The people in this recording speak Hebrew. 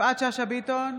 יפעת שאשא ביטון,